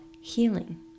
healing